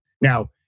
Now